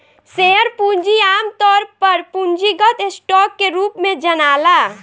share पूंजी आमतौर पर पूंजीगत स्टॉक के रूप में जनाला